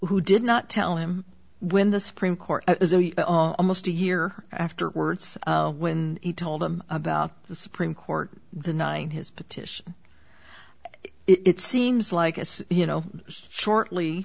who did not tell him when the supreme court most a year afterwards when he told them about the supreme court denying his petition and it seems like as you know shortly